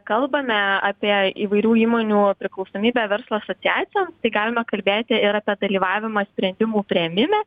kalbame apie įvairių įmonių priklausomybę verslo asociacijoms tai galime kalbėti ir apie dalyvavimą sprendimų priėmime